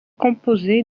composé